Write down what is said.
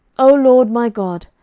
o lord my god,